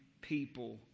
people